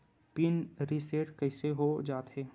Pin reset कइसे हो जाथे?